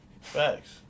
Facts